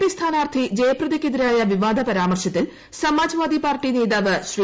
P സ്ഥാനാർത്ഥി ജയപ്രദയ്ക്കെതിരായ വിവാദ പരാമർശത്തിൽ സമാജ്വാദി പാർട്ടി നേതാവ് ശ്രീ